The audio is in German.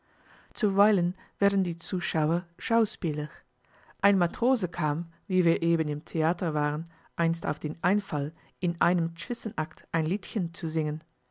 zuweilen werden die zuschauer schauspieler ein matrose kam wie wir eben im theater waren einst auf den einfall in einem zwischenakt ein liedchen zu singen